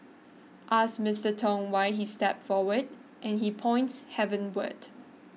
ask Mister Tong why he stepped forward and he points heavenwards